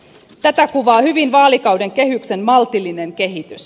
tätä kuvaa hyvin vaalikauden kehyksen maltillinen kehitys